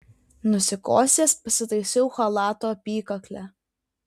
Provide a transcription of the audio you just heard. nusikosėjęs pasitaisiau chalato apykaklę